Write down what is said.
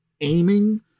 aiming